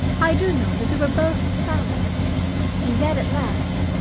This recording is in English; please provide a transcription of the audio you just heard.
i do know that we were both silent and that at last,